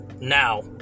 now